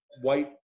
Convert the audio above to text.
white